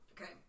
Okay